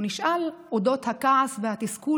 הוא נשאל על אודות הכעס והתסכול